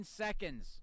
seconds